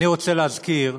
אני רוצה להזכיר,